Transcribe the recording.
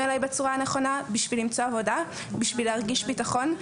אליי בצורה הנכונה; בשביל למצוא עבודה; בשביל להרגיש ביטחון,